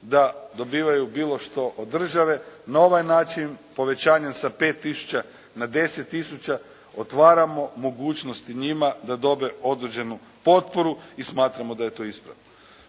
da dobivaju bilo što od države. Na ovaj način povećanja sa 5000 na 10000 otvaramo mogućnost njima da dobe određenu potporu i smatramo da je to ispravno.